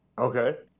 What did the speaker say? Okay